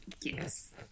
Yes